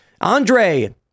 Andre